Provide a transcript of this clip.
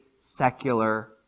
secular